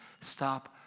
stop